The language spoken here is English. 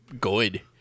good